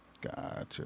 Gotcha